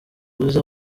uzi